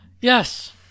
yes